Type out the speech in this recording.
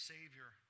Savior